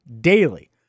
daily